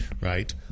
right